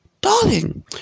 Darling